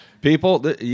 People